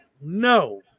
No